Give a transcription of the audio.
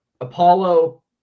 Apollo